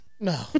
No